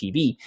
TV